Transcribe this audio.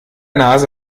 nase